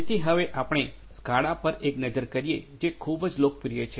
તેથી હવે આપણે સ્કાડા પર એક નજર કરીએ જે ખૂબ જ લોકપ્રિય છે